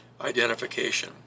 identification